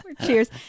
Cheers